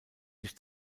sich